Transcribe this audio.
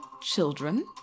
children